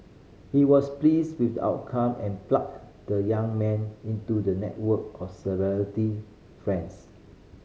he was pleased with the outcome and plugged the young man into the network of friends